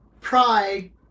pride